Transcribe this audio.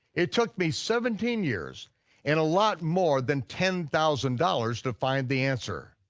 it took me seventeen years and a lot more than ten thousand dollars to find the answer,